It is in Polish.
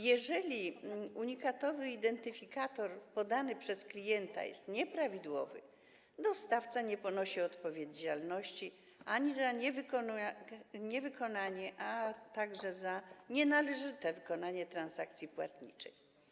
Jeżeli unikatowy identyfikator podany przez klienta jest nieprawidłowy, dostawca nie ponosi odpowiedzialności za niewykonanie ani za nienależyte wykonanie transakcji płatniczej.